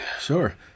Sure